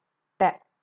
that